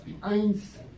eins